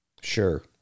Sure